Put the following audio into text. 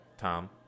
Tom